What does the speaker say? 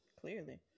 Clearly